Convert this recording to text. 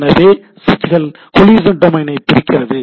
எனவே சுவிட்சுகள் கொலிஷன் டொமைனை பிரிக்கின்றன